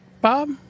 Bob